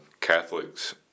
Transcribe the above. Catholics